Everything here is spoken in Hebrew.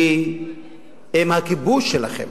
היא עם הכיבוש שלכם.